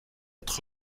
être